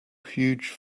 huge